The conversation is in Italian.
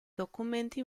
documenti